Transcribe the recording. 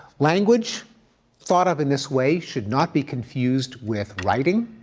language thought of in this way should not be confused with writing,